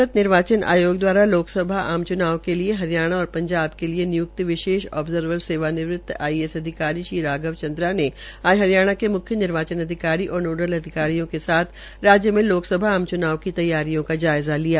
भारत निर्वाचन आयोग द्वारा लोकसभा आम च्नाव के लिए हरियाणा और पंजाब के लिए निय्क्त विशेष ऑबर्जवर सेवानिवृत आईएएस अधिकारी श्री राघव चंद्रा ने आज हरियाणा के मुख्य निर्वाचन अधिकारी और नोडल अधिकारियों के साथ राज्य में लोकसभा आम च्नाव की तैयारियों का जायजा लिया